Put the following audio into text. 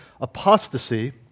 apostasy